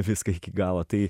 viską iki galo tai